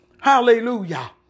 Hallelujah